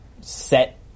set